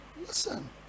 Listen